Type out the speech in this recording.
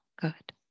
good